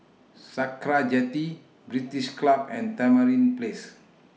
Sakra Jetty British Club and Tamarind Place